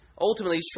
Ultimately